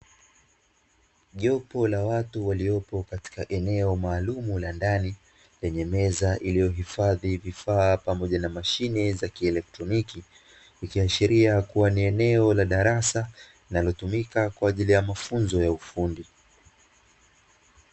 Jopu la watu waliopo katika eneo maalumu la ndani, lenye meza iliyohifadhi vifaa pamoja na mashine za kielektroniki, ikiashiria kuwa ni eneo la darasa, linalotumika kwa ajili ya mafunzo ya ufundi.